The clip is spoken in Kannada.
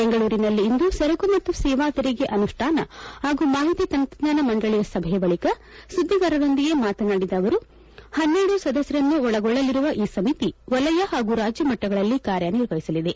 ಬೆಂಗಳೂರಿನಲ್ಲಿಂದು ಸರಕು ಮತ್ತು ಸೇವಾ ತೆರಿಗೆ ಅನುಷ್ಠಾನ ಹಾಗೂ ಮಾಹಿತಿ ತಂತ್ರಜ್ಟಾನ ಮಂಡಳಿಯ ಸಭೆ ಬಳಿಕ ಸುದ್ದಿಗಾರರೊಂದಿಗೆ ಮಾತನಾಡಿದ ಅವರು ಪನ್ನೆರಡು ಸದಸ್ದರನ್ನೊಳಗೊಳ್ಳಲಿರುವ ಈ ಸಮಿತಿ ವಲಯ ಹಾಗೂ ರಾಜ್ಣ ಮಟ್ಟಗಳಲ್ಲಿ ಕಾರ್ತನಿರ್ವಹಿಸಲಿದೆ